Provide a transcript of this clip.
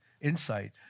insight